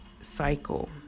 cycle